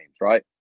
right